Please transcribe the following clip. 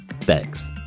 Thanks